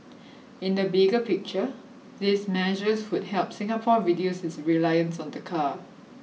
in the bigger picture these measures would help Singapore reduce its reliance on the car